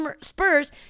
Spurs